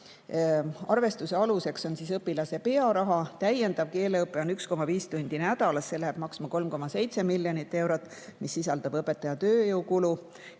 Arvestuse aluseks on õpilase pearaha, täiendav keeleõpe on 1,5 tundi nädalas, mis läheb maksma 3,7 miljonit eurot ja sisaldab õpetaja tööjõukulu.